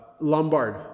Lombard